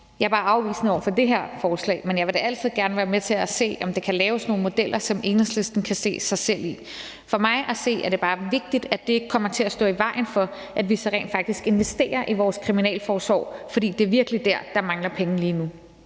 Jeg er bare afvisende over for det her forslag, men jeg vil da altid gerne være med til at se, om der kan laves nogle modeller, som Enhedslisten kan se sig selv i. For mig at se er det bare vigtigt, at det ikke kommer til at stå i vejen for, at vi så rent faktisk investerer i vores kriminalforsorg, fordi det virkelig er der, der mangler penge lige nu.